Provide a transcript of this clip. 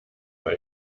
war